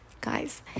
Guys